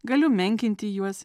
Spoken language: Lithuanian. galiu menkinti juos